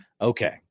Okay